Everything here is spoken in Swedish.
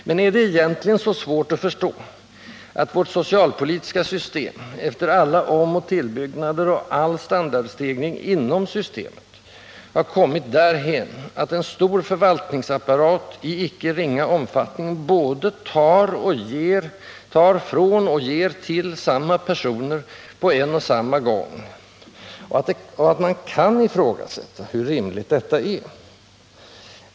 Men är det egentligen så svårt att förstå, att vårt socialpolitiska system, efter alla omoch tillbyggnader och all standardstegring inom systemet, har kommit därhän att en stor förvaltningsapparat i icke ringa omfattning både tar från och ger till samma personer på en och samma gång — och att man kan ifrågasätta, hur rimligt detta är?